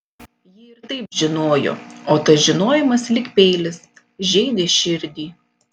ji ir taip žinojo o tas žinojimas lyg peilis žeidė širdį